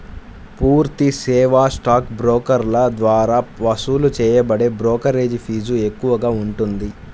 పూర్తి సేవా స్టాక్ బ్రోకర్ల ద్వారా వసూలు చేయబడే బ్రోకరేజీ ఫీజు ఎక్కువగా ఉంటుంది